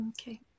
Okay